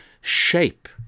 shape